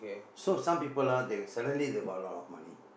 so some people ah they suddenly they got a lot of money